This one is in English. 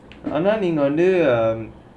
ஆனா நீங்க வந்தே:aanaa neenga vanthae